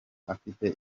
afite